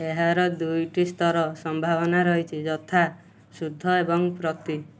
ଏହାର ଦୁଇଟି ସ୍ତର ସମ୍ଭାବନା ରହିଛି ଯଥା ଶୁଦ୍ଧ ଏବଂ ପ୍ରତି